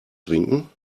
trinken